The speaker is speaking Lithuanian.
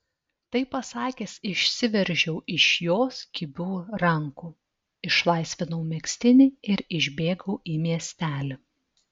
tai pasakęs išsiveržiau iš jos kibių rankų išlaisvinau megztinį ir išbėgau į miestelį